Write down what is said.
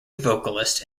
vocalist